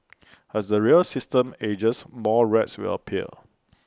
as the rail system ages more rats will appear